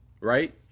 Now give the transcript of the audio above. right